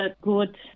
good